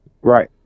Right